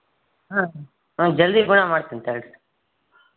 ಹಾಂ ಹಾಂ ಜಲ್ದಿ ಗುಣ ಮಾಡ್ತೀನಿ ತಗೊಳ್ರಿ